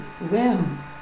realm